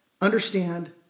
Understand